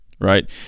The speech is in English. Right